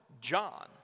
John